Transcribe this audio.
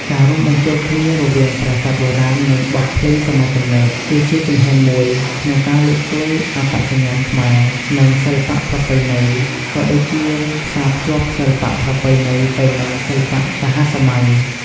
ការរួមបញ្ចូលគ្នារវាងប្រាសាទបុរាណ និងបទភ្លេងសម័យទំនើប គឺជាជំហានមួយក្នុងការលើកស្ទួយអត្តសញ្ញាណខ្មែរ និងសិល្បៈប្រពៃណី ក៏ដូចជាផ្សារភ្ជាប់សិល្បៈប្រពៃណីទៅនឹងសិល្បៈសហសម័យ។